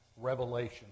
revelation